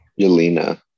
Yelena